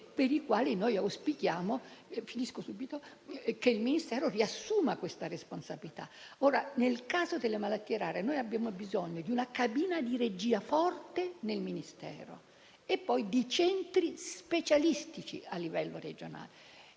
per cui auspichiamo che il Ministero riassuma tale competenza). Ora, nel caso delle malattie rare, abbiamo bisogno di una cabina di regia forte nel Ministero e poi di centri specialistici a livello regionale.